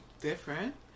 different